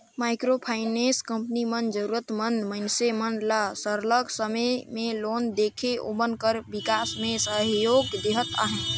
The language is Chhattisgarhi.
माइक्रो फाइनेंस कंपनी मन जरूरत मंद मइनसे मन ल सरलग समे में लोन देके ओमन कर बिकास में सहयोग देहत अहे